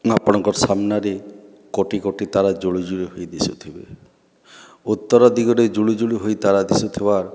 ଆପଣଙ୍କ ସାମ୍ନାରେ କୋଟି କୋଟି ତାରା ଜୁଳୁଜୁଳୁ ହୋଇ ଦିଶୁଥିବେ ଉତ୍ତର ଦିଗରେ ଜୁଳୁଜୁଳୁ ହୋଇ ତାରା ଦିଶୁଥିବାର